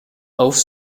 auf